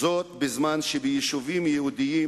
זאת בזמן שביישובים יהודיים,